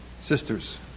Sisters